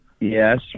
Yes